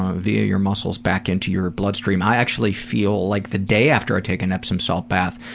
via your muscles, back into your bloodstream. i actually feel like, the day after i take an epsom salt bath,